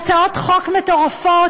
להצעות חוק מטורפות,